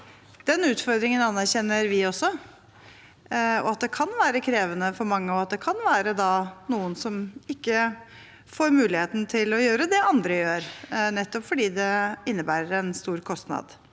Den utfordringen anerkjenner vi også – at det kan være krevende for mange, og at det da kan være noen som ikke får muligheten til å gjøre det andre gjør, nettopp fordi det innebærer en stor kostnad.